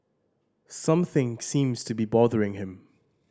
something seems to be bothering him